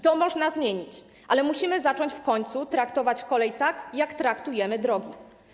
To można zmienić, ale musimy zacząć w końcu traktować kolej tak, jak traktujemy drogi.